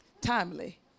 timely